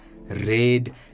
red